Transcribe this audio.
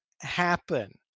happen